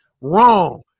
wrong